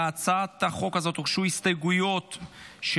להצעת החוק הזאת הוגשו הסתייגויות של